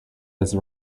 his